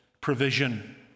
provision